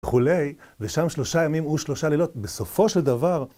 וכולי, ושם שלושה ימים ושלושה לילות. בסופו של דבר...